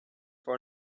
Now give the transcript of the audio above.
for